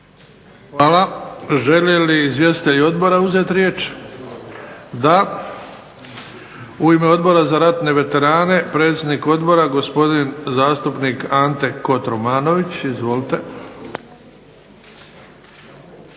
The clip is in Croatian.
Hvala. Žele li izvjestitelji odbora uzeti riječ? Da. U ime Odbora za ratne veterane, predsjednik odbora gospodin zastupnik Ante Kotromanović. Izvolite.